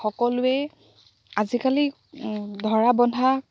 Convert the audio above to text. সকলোৱেই আজিকালি ধৰা বন্ধা